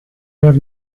have